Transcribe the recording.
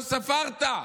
לא ספרת.